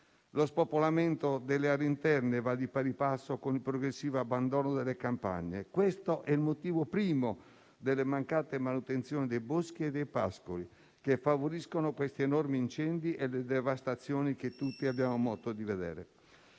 Lo spopolamento delle aree interne va di pari passo con il progressivo abbandono delle campagne. Questo è il motivo primo delle mancate manutenzioni dei boschi e dei pascoli, che favoriscono gli enormi incendi e le devastazioni che tutti abbiamo modo di vedere.